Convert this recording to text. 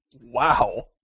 Wow